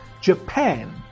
Japan